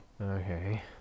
Okay